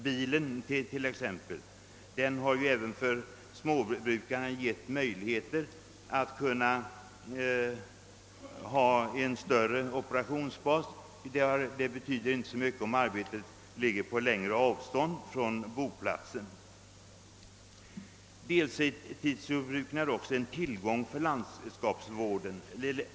Bilen t.ex. ger även småbrukarna möjligheter till ett större operationsområde, och det betyder numera inte så mycket om arbetet ligger på längre avstånd från boplatsen. Deltidsjordbruken är också en tillgång för landskapsvården.